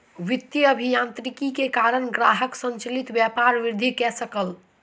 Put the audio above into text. वित्तीय अभियांत्रिकी के कारण ग्राहक संचालित व्यापार वृद्धि कय सकल